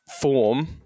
form